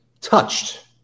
touched